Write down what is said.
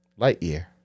Lightyear